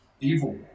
evil